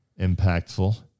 impactful